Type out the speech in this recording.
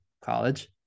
college